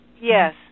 Yes